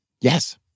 Yes